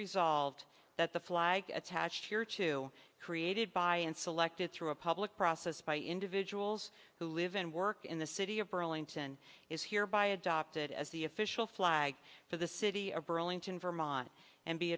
resolved that the flag attached to created by and selected through a public process by individuals who live and work in the city of burlington is hereby adopted as the official flag for the city of burlington vermont and be